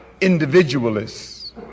individualists